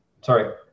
Sorry